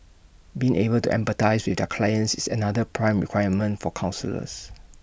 being able to empathise with their clients is another prime requirement for counsellors